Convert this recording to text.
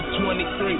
23